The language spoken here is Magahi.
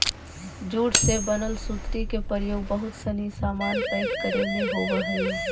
जूट से बनल सुतरी के प्रयोग बहुत सनी सामान पैक करे में होवऽ हइ